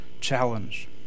challenge